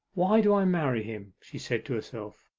why do i marry him she said to herself.